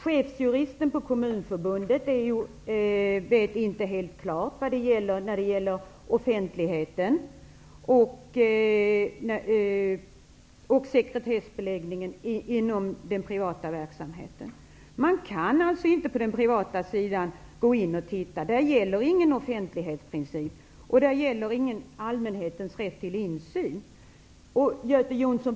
Chefsjuristen på Kommunförbundet vet inte helt klart vad som gäller för offentligheten och sekretessbeläggningen inom den privata verksamheten. Man kan alltså inte gå in och titta på den privata sidan. Där gäller ingen offentlighetsprincip och ingen allmänhetens rätt till insyn.